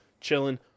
chilling